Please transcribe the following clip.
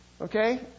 Okay